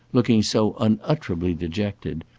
looking so unutterably dejected,